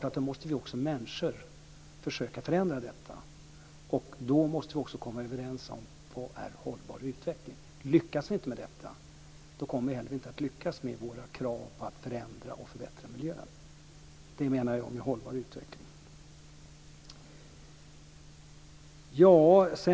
Då måste vi människor också försöka förändra detta, och då måste vi försöka komma överens om vad som är hållbar utveckling. Lyckas vi inte med detta kommer vi inte heller att lyckas med våra krav på att förändra och förbättra miljön. Det är vad jag menar med hållbar utveckling.